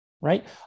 right